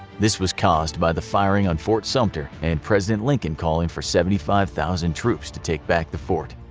this was caused by the firing on fort sumter and president lincoln calling for seventy five thousand troops to take back the fort,